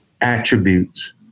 attributes